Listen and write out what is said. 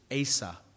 Asa